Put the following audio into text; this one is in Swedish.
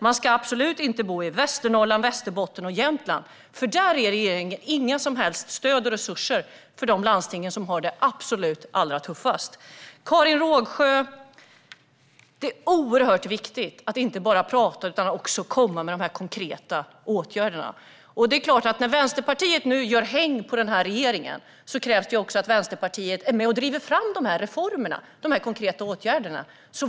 Man ska absolut inte bo i Västernorrland, Västerbotten eller Jämtland, för de landsting som har det allra tuffast får inget som helst stöd eller några resurser från regeringen. Det är oerhört viktigt att inte bara prata utan också komma med de konkreta åtgärderna, Karin Rågsjö. När Vänsterpartiet nu tar häng på regeringen krävs det också att Vänsterpartiet är med och driver fram de här reformerna och de konkreta åtgärderna.